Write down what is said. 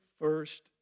first